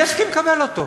מי יסכים לקבל אותו?